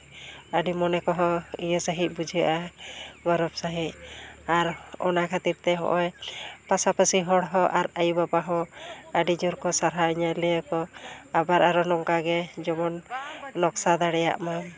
ᱟᱹᱰᱤ ᱢᱚᱱᱮ ᱠᱚᱦᱚᱸ ᱤᱭᱟᱹ ᱥᱟᱺᱦᱤᱡ ᱵᱩᱡᱷᱟᱹᱜᱼᱟ ᱜᱚᱨᱚᱵᱽ ᱥᱟᱺᱦᱤᱡ ᱟᱨ ᱚᱱᱟ ᱠᱷᱟᱹᱛᱤᱨᱛᱮ ᱦᱚᱸᱜᱼᱚᱭ ᱯᱟᱥᱟᱯᱟᱥᱤ ᱦᱚᱲ ᱦᱚᱸ ᱟᱨ ᱟᱹᱭᱩᱼᱵᱟᱵᱟ ᱦᱚᱸ ᱟᱹᱰᱤ ᱡᱳᱨ ᱠᱚ ᱥᱟᱨᱦᱟᱣᱤᱧᱟᱹ ᱞᱟᱹᱭᱟᱠᱚ ᱟᱵᱟᱨ ᱟᱨᱚ ᱱᱚᱝᱠᱟ ᱜᱮ ᱡᱮᱢᱚᱱ ᱱᱚᱠᱥᱟ ᱫᱟᱲᱮᱭᱟᱜ ᱢᱟ